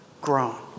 grown